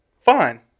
Fine